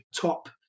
top